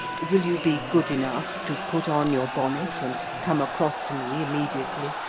will you be good enough to put on your bonnet, and come across to me immediately?